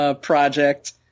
project